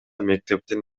мектептин